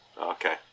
Okay